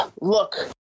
look